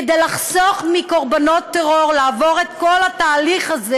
כדי לחסוך מקורבנות טרור לעבור את כל התהליך הזה